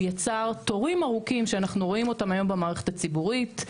הוא יצר תורים ארוכים שאנחנו רואים אותם היום במערכת הציבורית,